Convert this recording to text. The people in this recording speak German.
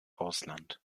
ausland